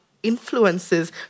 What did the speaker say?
influences